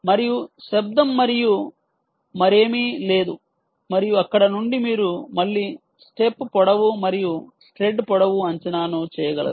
మరియు శబ్దం మరియు మరేమీ లేదు మరియు అక్కడ నుండి మీరు మళ్ళీ step పొడవు మరియు స్ట్రైడ్ పొడవు అంచనాను చేయగలరు